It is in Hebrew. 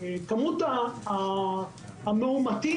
היה הגיוני,